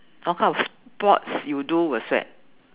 what kind of sports you do will sweat